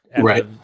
right